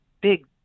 Big